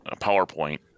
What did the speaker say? PowerPoint